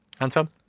Anton